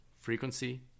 frequency